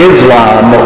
Islam